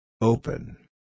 Open